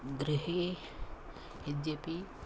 गृहे यद्यपि